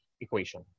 equation